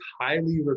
highly